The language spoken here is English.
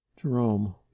Jerome